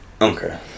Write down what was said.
Okay